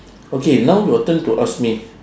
okay now your turn to ask me